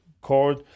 cord